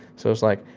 so it's like,